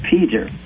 Peter